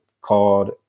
called